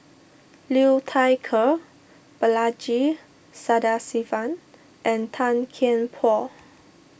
Liu Thai Ker Balaji Sadasivan and Tan Kian Por